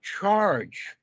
charge